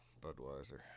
Budweiser